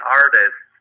artists